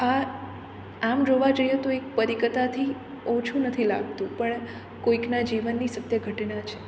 આ આમ જોવા જઈએ તો એક પરીકથાથી ઓછું નથી લાગતું પણ કોઈકના જીવનની સત્યઘટના છે